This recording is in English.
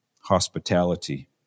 hospitality